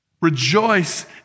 Rejoice